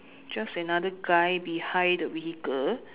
just another guy behind the vehicle